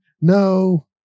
no